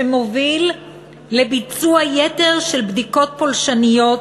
שמוביל לביצוע יתר של בדיקות פולשניות,